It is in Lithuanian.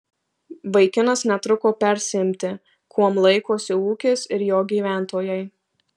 vaikinas netruko persiimti kuom laikosi ūkis ir jo gyventojai